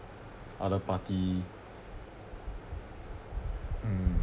other party mm